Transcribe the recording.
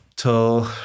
Till